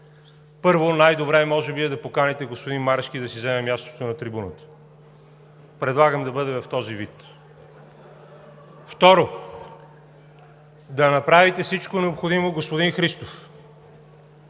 би най-добре е Вие да поканите господин Марешки да си заеме мястото на трибуната. Предлагам да бъде в този вид. Второ, да направите всичко необходимо, господин Христов,